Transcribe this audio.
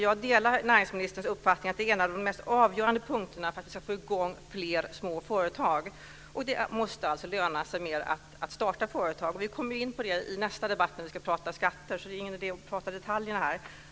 Jag delar näringsministerns uppfattningen att det är en av de mest avgörande faktorerna för att vi ska få i gång fler små företag. Det måste alltså löna sig mer att starta företag. Vi kommer in på det i nästa debatt när vi ska prata skatter, så det är ingen idé att prata detaljer här.